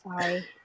sorry